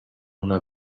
una